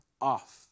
off